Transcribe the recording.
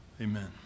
Amen